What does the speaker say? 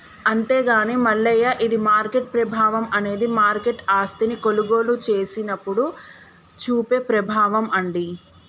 అంతేగాని మల్లయ్య ఇది మార్కెట్ ప్రభావం అనేది మార్కెట్ ఆస్తిని కొనుగోలు చేసినప్పుడు చూపే ప్రభావం అండి